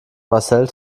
marcel